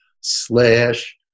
slash